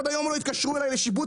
עד היום לא התקשרו אליי לשיבוץ.